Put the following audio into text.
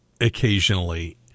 occasionally